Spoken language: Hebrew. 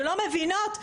שלא מבינות,